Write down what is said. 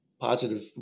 positive